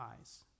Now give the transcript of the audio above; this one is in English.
eyes